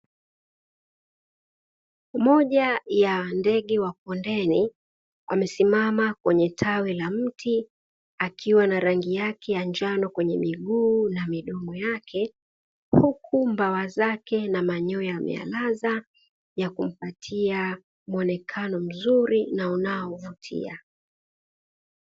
Moja ya ndege wa kondeni amesimama kwenye tawi la mti akiwa na rangi yake ya njano kwenye miguu na midomo yake, huku mbawa zake na manyoya ameyalaza ya kumpatia muonekano mzuri na unaovutia.